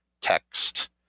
text